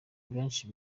benshi